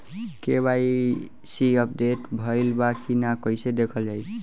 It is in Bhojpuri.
के.वाइ.सी अपडेट भइल बा कि ना कइसे देखल जाइ?